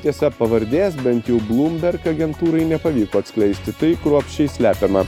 tiesa pavardės bent jau blumberg agentūrai nepavyko atskleisti tai kruopščiai slepiama